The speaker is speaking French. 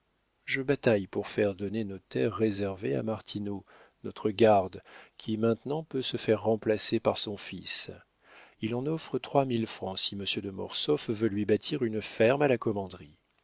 je bataille pour faire donner nos terres réservées à martineau notre garde qui maintenant peut se faire remplacer par son fils il en offre trois mille francs si monsieur de mortsauf veut lui bâtir une ferme à la